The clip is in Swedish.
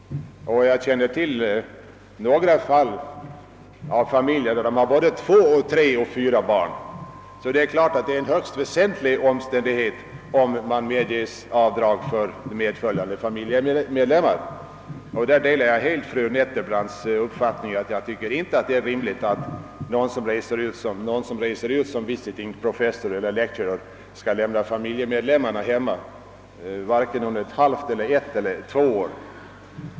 Jag känner till några fall där forskarna har två, tre och fyra barn. Det är väsentligt att de medges avdrag för medföljande familjemedlemmar. Jag delar helt fru Nettelbrandts uppfattning, att det inte är rimligt att en person som reser ut som »visiting professor» eller »lecturer» skall lämna familjemedlemmarna hemma vare sig under ett halvt, ett eller två år.